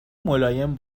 ملایم